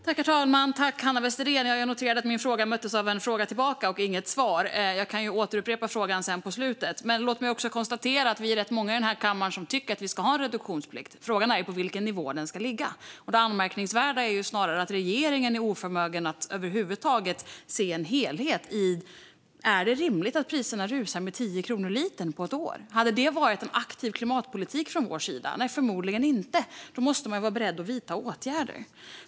Herr talman! Jag noterade att min fråga möttes av en fråga tillbaka men inget svar. Jag kan upprepa min fråga i slutet av den här repliken. Låt mig också konstatera att vi är rätt många i denna kammare som tycker att vi ska ha en reduktionsplikt men att frågan är vilken nivå den ska ligga på. Det anmärkningsvärda är snarare att regeringen är oförmögen att över huvud taget se en helhet. Är det rimligt att priserna rusar med 10 kronor litern på ett år? Hade det varit aktiv klimatpolitik från vår sida? Nej, förmodligen inte - och då måste man vara beredd att vidta åtgärder.